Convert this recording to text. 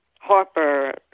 Harper